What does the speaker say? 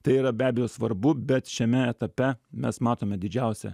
tai yra be abejo svarbu bet šiame etape mes matome didžiausią